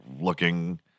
looking